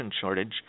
shortage